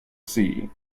see